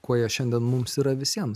kuo jie šiandien mums yra visiems